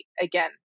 again